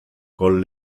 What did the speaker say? con